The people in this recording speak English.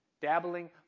dabbling